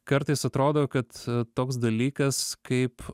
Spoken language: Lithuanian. kartais atrodo kad toks dalykas kaip